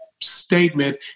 statement